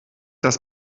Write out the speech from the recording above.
dass